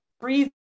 breathe